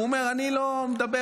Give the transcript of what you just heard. הוא אומר: אני לא מדבר,